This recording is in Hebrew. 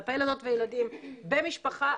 כלפי ילדות וילדים במשפחה.